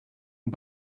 and